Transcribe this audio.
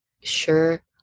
sure